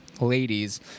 ladies